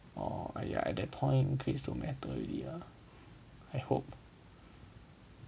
oh !aiya! at that point grades don't matter already ah I hope